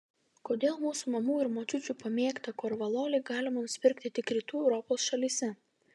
kodėl mūsų mamų ir močiučių pamėgtą korvalolį galima nusipirkti tik rytų europos šalyse